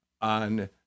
on